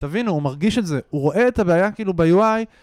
תבינו, הוא מרגיש את זה, הוא רואה את הבעיה, כאילו ב-UI